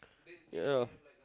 ya